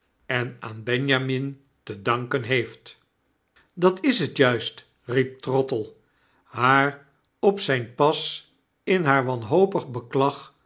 en aan benjamin te danken heeft dat is het juist riep trottle haar op zijn pas in haar wanhopig